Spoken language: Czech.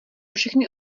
všechny